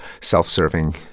self-serving